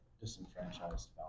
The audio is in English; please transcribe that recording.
disenfranchised